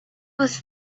was